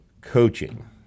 coaching